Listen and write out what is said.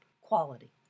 quality